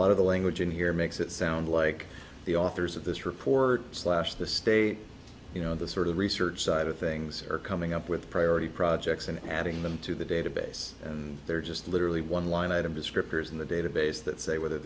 lot of the language in here makes it sound like the authors of this report slash the state you know the sort of research side of things are coming up with priority projects and adding them to the database and they're just literally one line item descriptors in the database that say whether